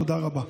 תודה רבה.